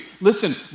Listen